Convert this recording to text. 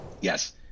Yes